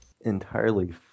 entirely